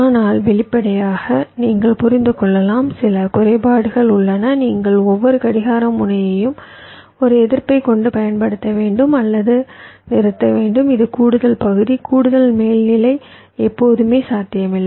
ஆனால் வெளிப்படையாக நீங்கள் புரிந்து கொள்ளலாம் சில குறைபாடுகள் உள்ளன நீங்கள் ஒவ்வொரு கடிகார முனையையும் ஒரு எதிர்ப்பைக் கொண்டு பயன்படுத்த வேண்டும் அல்லது நிறுத்த வேண்டும் இது கூடுதல் பகுதி கூடுதல் மேல்நிலை எப்போதுமே சாத்தியமில்லை